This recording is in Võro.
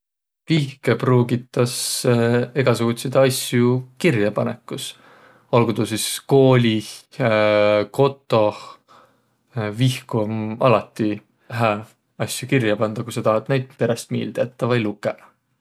Vihkõ pruugitas egäsugutsidõ asjo kirjäpanõkus. Olguq tuu sis koolih, kotoh, vihku om alati hää asjo kirjä pandaq, ku saa naid peräst miilde jättäq vai lukõq.